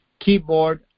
keyboard